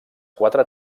quatre